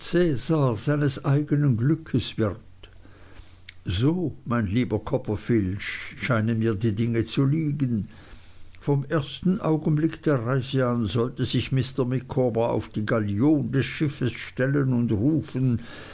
glückes wird so mein lieber mr copperfield scheinen mir die dinge zu liegen vom ersten augenblick der reise an sollte sich mr micawber auf die gallion des schiffes stellen und rufen